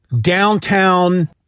downtown